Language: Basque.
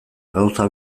gauza